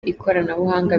ikoranabuhanga